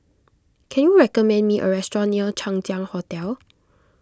can you recommend me a restaurant near Chang Ziang Hotel